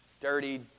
dirty